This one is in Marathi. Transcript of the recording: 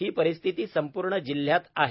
ही परिस्थिती संपूर्ण जिल्ह्यात आहे